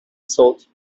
thought